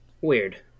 Weird